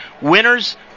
winners